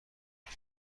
برم